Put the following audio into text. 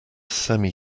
semi